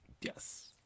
Yes